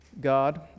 God